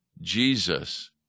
Jesus